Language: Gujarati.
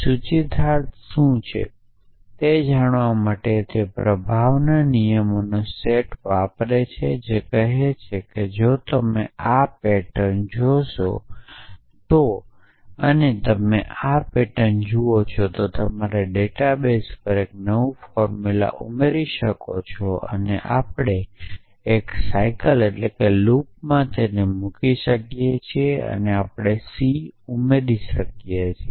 ઇમ્પ્લિકેશન શું છે તે જાણવા માટે તે ઇન્ફ્લુએંસના નિયમોનો સેટ વાપરે છે જે કહે છે કે જો તમે આ પેટર્ન જોશો તો અને તમે આ પેટર્ન જુઓ છો તમે તમારા ડેટાબેઝ પર એક નવું ફોર્મ્યુલા ઉમેરી શકો છો અને આપણે તેને એક સાઇકલમાં મૂકી શકીએ છીએ અને આપણે c ઉમેરી શકીએ છીએ